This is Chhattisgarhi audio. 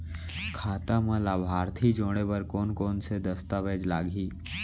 खाता म लाभार्थी जोड़े बर कोन कोन स दस्तावेज लागही?